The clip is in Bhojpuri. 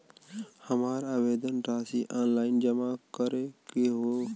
हमार आवेदन राशि ऑनलाइन जमा करे के हौ?